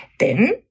denn